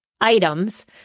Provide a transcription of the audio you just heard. items